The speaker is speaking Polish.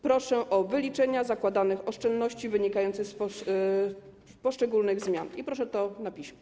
Proszę o wyliczenia zakładanych oszczędności wynikających z poszczególnych zmian i proszę o nie na piśmie.